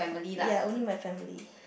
ya only my family